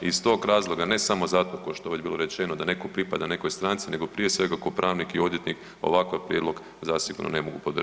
I iz tog razloga ne samo zato ko što je već bilo rečeno da netko pripada nekoj stranci nego prije svega ko pravnik i odvjetnik ovakav prijedlog zasigurno ne mogu podržati.